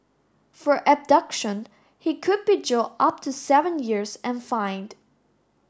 for abduction he could be jailed up to seven years and fined